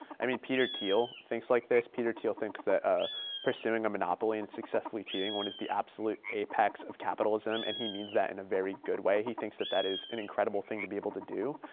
i mean, peter thiel thinks like this. peter thiel thinks that ah pursuing a monopoly and successfully achieving one is the absolute apex of capitalism. and he means that in a very good way. he thinks that that is an incredible thing to be able to do.